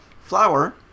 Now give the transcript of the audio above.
flour